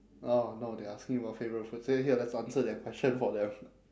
oh no they are asking for our favourite food so here let's answer that question for them